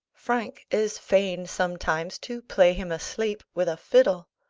frank is fayne sometimes to play him asleep with a fiddle.